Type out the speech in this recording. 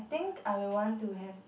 think I want to have